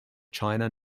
china